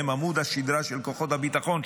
הם עמוד השדרה של כוחות הביטחון שלנו.